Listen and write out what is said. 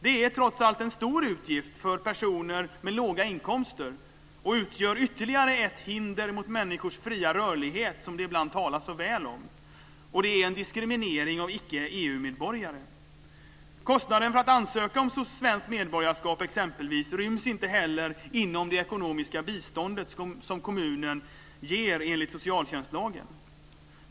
Det är trots allt en stor utgift för personer med låga inkomster, och det utgör ytterligare ett hinder mot människors fria rörlighet, som det ibland talas så väl om, samt en diskriminering av icke-EU medborgare. Kostnaden för att exempelvis ansöka om svenskt medborgarskap ryms inte heller inom det ekonomiska bistånd som kommunen ger enligt socialtjänstlagen.